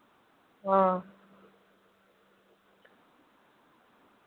हां